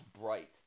Bright